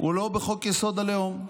הוא לא בחוק-יסוד: הלאום,